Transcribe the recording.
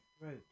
throat